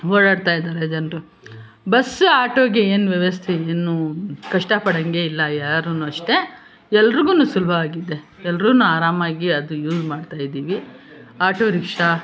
ಓಡಾಡ್ತಾಯಿದ್ದಾರೆ ಜನರು ಬಸ್ಸು ಆಟೋಗೆ ಏನು ವ್ಯವಸ್ಥೆ ಇನ್ನು ಕಷ್ಟ ಪಡೋಂಗೆ ಇಲ್ಲ ಯಾರೂ ಅಷ್ಟೇ ಎಲ್ರಿಗೂನು ಸುಲಭವಾಗಿದೆ ಎಲ್ಲರೂ ಆರಾಮಾಗಿ ಅದು ಯೂಸ್ ಮಾಡ್ತಾಯಿದ್ದೀವಿ ಆಟೋ ರಿಕ್ಷಾ